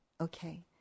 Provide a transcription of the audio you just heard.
okay